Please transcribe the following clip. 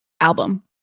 album